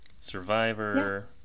survivor